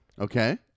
okay